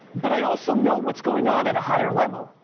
but i also know what's going on at a higher level.